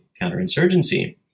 counterinsurgency